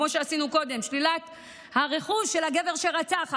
כמו שעשינו קודם: שלילת הרכוש של הגבר שרצח,